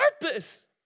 purpose